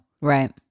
Right